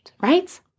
right